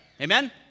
Amen